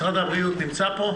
משרד הבריאות נמצא פה?